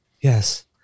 yes